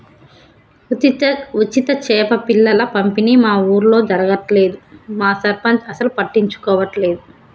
ఉచిత చేప పిల్లల పంపిణీ మా ఊర్లో జరగట్లేదు మా సర్పంచ్ అసలు పట్టించుకోవట్లేదు